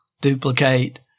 duplicate